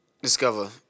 Discover